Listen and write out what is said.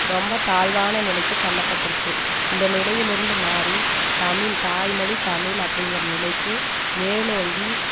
ரொம்ப தாழ்வான நிலைக்கு தள்ளப்பட்டிருச்சி இந்த நிலையிலிருந்து மாறி தமிழ் தாய்மொழி தமிழ் அப்படிங்கிற நிலைக்கு மேலோங்கி